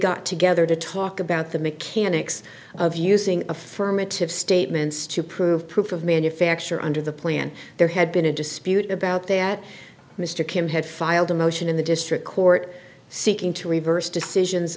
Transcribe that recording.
got together to talk about the mechanics of using affirmative statements to prove proof of manufacture under the plan there had been a dispute about that mr kim had filed a motion in the district court seeking to reverse decisions